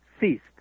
ceased